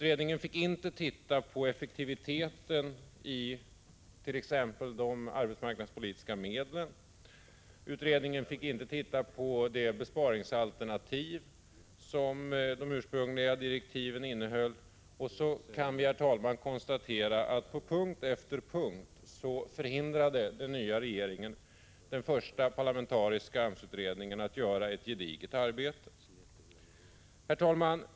Den fick inte titta på effektiviteten när det t.ex. gällde de arbetsmarknadspolitiska medlen. Utredningen fick inte titta på de besparingsalternativ som de ursprungliga direktiven innehöll. Vi kan konstatera att den nya regeringen på punkt efter punkt förhindrade den första parlamentariska AMS-kommittén att göra ett gediget arbete. Herr talman!